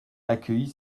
accueillit